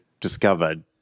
discovered